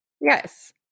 Yes